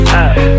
up